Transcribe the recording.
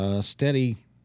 steady